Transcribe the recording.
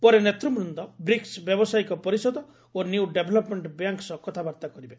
ପରେ ନେତୃବୃନ୍ଦ ବ୍ରିକ୍ୱ ବ୍ୟବସାୟିକ ପରିଷଦ ଓ ନିଉ ଡେଭଲପମେଣ୍ଟ ବ୍ୟାଙ୍କ ସହ କଥାବାର୍ତ୍ତା କରିବେ